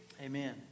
Amen